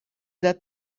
that